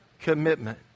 Commitment